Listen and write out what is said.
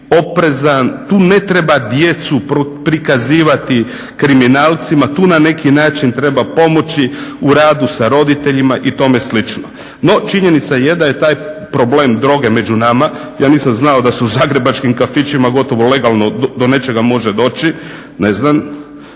oprezan, tu ne treba djecu prikazivati kriminalcima, tu na neki način treba pomoći u radu sa roditeljima i tome slično. No, činjenica je da je taj problem droge među nama, ja nisam znao da se u zagrebačkim kafićima gotovo legalno do nečega može doći, ne znam,